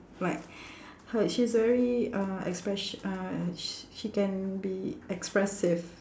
like her she's very uh expressio~ uh sh~ she can be expressive